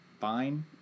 fine